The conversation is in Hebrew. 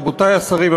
רבותי השרים,